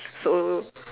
so